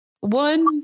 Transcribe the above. one